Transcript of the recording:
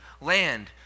land